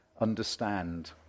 understand